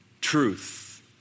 truth